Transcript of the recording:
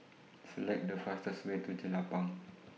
Select The fastest Way to Jelapang